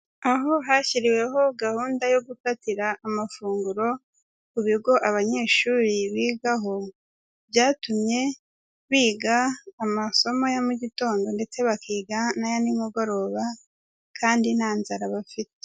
Aho hashyiriweho gahunda yo gufatira amafunguro ku bigo abanyeshuri bigaho, byatumye biga amasomo ya mu gitondo ndetse bakiga n'aya nimugoroba kandi nta nzara bafite.